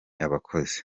abakozi